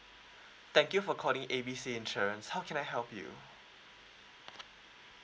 thank you for calling A B C insurance how can I help you